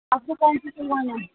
آپ کی کون سی دکان ہے